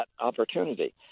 opportunity